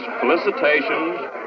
felicitations